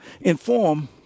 inform